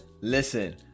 listen